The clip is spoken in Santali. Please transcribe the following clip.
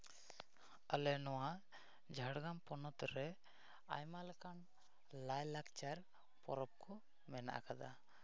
ᱟᱞᱮ ᱱᱚᱣᱟ ᱡᱷᱟᱲᱜᱨᱟᱢ ᱦᱚᱱᱚᱛ ᱨᱮ ᱟᱭᱢᱟ ᱞᱮᱠᱟᱱ ᱞᱟᱭᱼᱞᱟᱠᱪᱟᱨ ᱯᱚᱨᱚᱵᱽ ᱠᱚ ᱢᱮᱱᱟᱜ ᱠᱟᱫᱟ